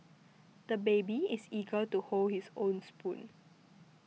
the baby is eager to hold his own spoon